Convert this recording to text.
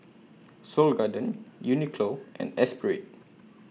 Seoul Garden Uniqlo and Espirit